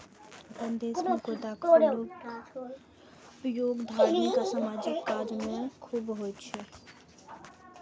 अपना देश मे गेंदाक फूलक उपयोग धार्मिक आ सामाजिक काज मे खूब होइ छै